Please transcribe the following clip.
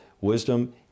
wisdom